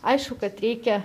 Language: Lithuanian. aišku kad reikia